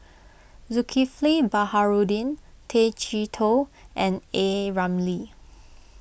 Zulkifli Baharudin Tay Chee Toh and A Ramli